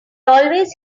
always